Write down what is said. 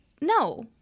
no